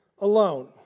alone